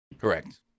Correct